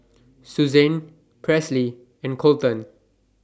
Susanne Presley and Colton